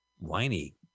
whiny